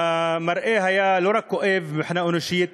המראה היה לא רק כואב מבחינה אנושית,